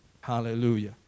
Hallelujah